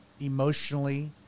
emotionally